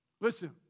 Listen